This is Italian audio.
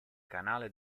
canale